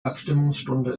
abstimmungsstunde